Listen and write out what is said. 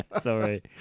Sorry